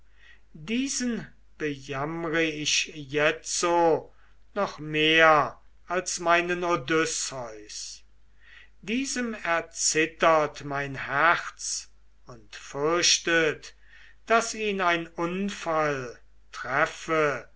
diesen bejammre ich jetzo noch mehr als meinen odysseus diesem erzittert mein herz und fürchtet daß ihn ein unfall treffe